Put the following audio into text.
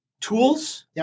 tools